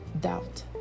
doubt